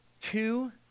two